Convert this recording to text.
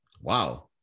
Wow